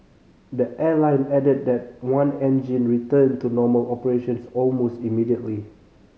the airline added that one engine returned to normal operations almost immediately